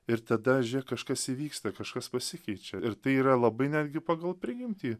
ir tada žė kažkas įvyksta kažkas pasikeičia ir tai yra labai netgi pagal prigimtį